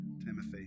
Timothy